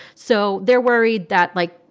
so they're worried that, like,